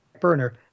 burner